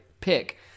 pick